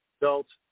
adults